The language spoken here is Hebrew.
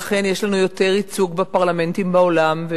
ואכן יש לנו יותר ייצוג בפרלמנטים בעולם,